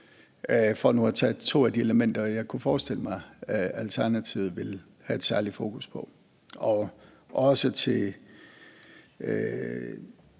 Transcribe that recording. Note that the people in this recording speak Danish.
for nu at tage to af de elementer, jeg kunne forestille mig Alternativet vil have et særligt fokus på. Og også til